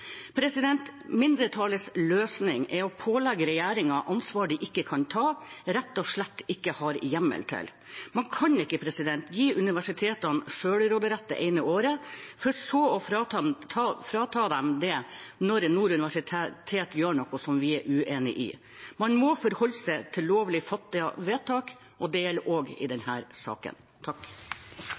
Mindretallets løsning er å pålegge regjeringen et ansvar de ikke kan ta, og som de rett og slett ikke har hjemmel til. Man kan ikke gi universitetene selvråderett det ene året for så å frata dem det når Nord universitet gjør noe vi er uenig i. Man må forholde seg til lovlig fattede vedtak, og det gjelder også i denne saken.